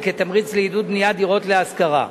כתמריץ לעידוד בניית דירות להשכרה.